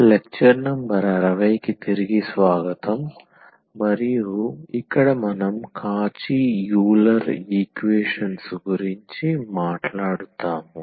lecture number 60 కి తిరిగి స్వాగతం మరియు ఇక్కడ మనం కాచి యూలర్ ఈక్వేషన్స్ గురించి మాట్లాడుతాము